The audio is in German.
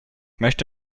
möchte